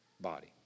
body